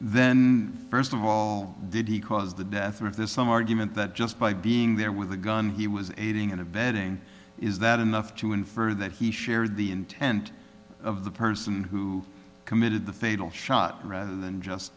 then first of all did he cause the death of this some argument that just by being there with a gun he was aiding and abetting is that enough to infer that he shared the intent of the person who committed the fatal shot rather than just